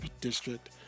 district